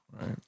right